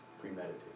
premeditated